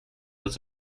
was